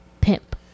Pimp